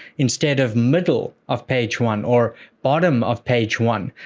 instead of middle of page one or bottom of page one?